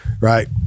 right